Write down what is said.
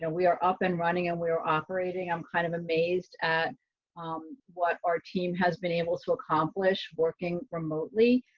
yeah we are up and running and we're operating. i'm kind of amazed at um what our team has been able to accomplish working remotely.